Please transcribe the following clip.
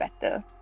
better